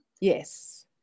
Yes